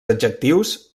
adjectius